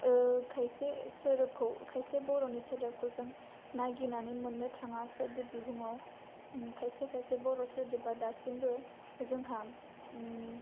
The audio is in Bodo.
ओह खायसे सोदोबखौ खायसे बर'नि सोदोबखौ जों नागिरनानै मोनो थाङा सोदोब बिहुंआव उम खायसे खायसे बर' सोदोबा दासिमबो जोंहा उम